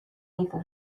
hizo